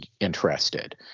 interested